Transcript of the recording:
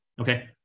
okay